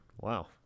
Wow